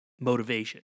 motivation